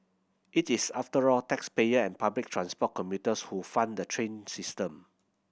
it is after all taxpayer and public transport commuters who fund the train system